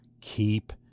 Keep